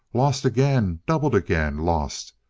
lost again, doubled again, lost.